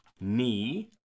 Knee